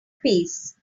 piece